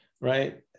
right